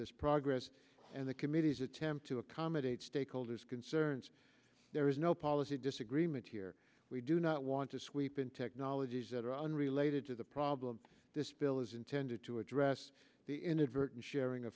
this progress and the committee's attempt to accommodate stakeholders concerns there is no policy disagreement here we do not want to sweep in technologies that are unrelated to the problem this bill is intended to address the inadvertent sharing